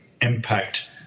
impact